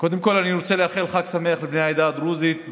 קודם כול אני רוצה לאחל חג שמח לבני העדה הדרוזית.